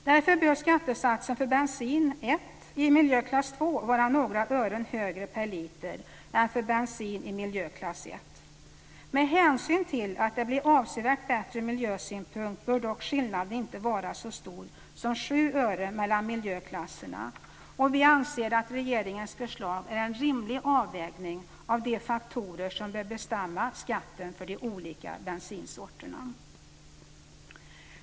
Därför bör skattesatsen för bensin 1 i miljöklass 2 vara några öre högre per liter än för bensin i miljöklass 1. Med hänsyn till att det blir avsevärt bättre ur miljösynpunkt bör dock skillnaden inte vara så stor som sju öre mellan miljöklasserna. Vi anser att regeringens förslag är en rimlig avvägning av de faktorer som bör bestämma skatten för de olika bensinsorterna.